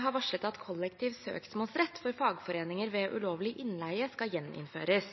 har varslet at kollektiv søksmålsrett for fagforeninger ved ulovlig innleie skal gjeninnføres.